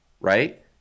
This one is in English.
right